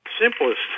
simplest